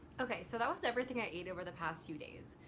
ok so that was everything i ate over the past few days.